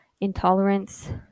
intolerance